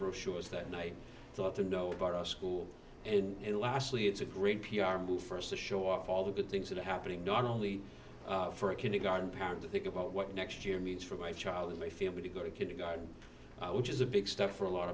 brochures that night thought to know about our school and lastly it's a great p r move for us to show off all the good things that are happening not only for a kindergarten parent to think about what next year means for my child and my family to go to kindergarten which is a big step for a lot